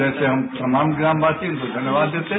जैसे हम तमाम ग्रामवासी इनको धन्यवाद देते हैं